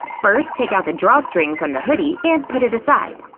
first, take out the drawstring from the hood yeah and put it aside.